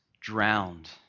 drowned